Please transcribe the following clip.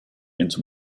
into